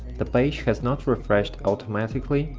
the page has not refreshed automatically,